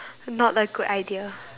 not a good idea